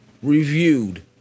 Reviewed